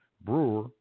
brewer